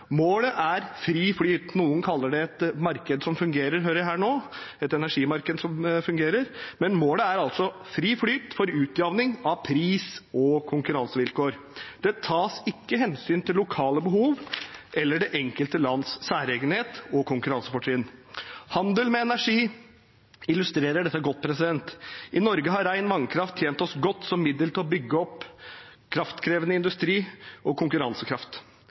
Målet er fri flyt. Noen kaller det et marked som fungerer, hører jeg her nå, et energimarked som fungerer, men målet er altså fri flyt for utjamning av pris og konkurransevilkår. Det tas ikke hensyn til lokale behov eller det enkelte lands særegenhet og konkurransefortrinn. Handel med energi illustrerer dette godt. I Norge har ren vannkraft tjent oss godt som middel til å bygge opp kraftkrevende industri og konkurransekraft.